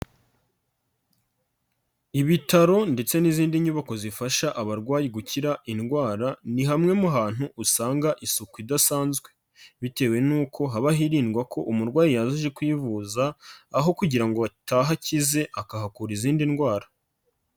Ibitaro ndetse n'izindi nyubako zifasha abarwayi gukira indwara, ni hamwe mu hantu usanga isuku idasanzwe bitewe n'uko haba hirindwa ko umurwayi yaza aje kwivuza aho kugira ngo ataha akize, akahakura izindi ndwara.